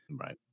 Right